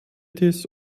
kitts